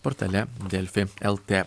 portale delfi lt